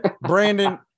Brandon